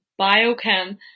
biochem